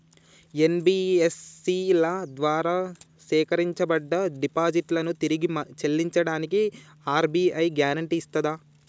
NBFC ల ద్వారా సేకరించబడ్డ డిపాజిట్లను తిరిగి చెల్లించడానికి ఆర్.బి.ఐ గ్యారెంటీ ఇస్తదా?